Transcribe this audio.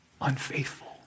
unfaithful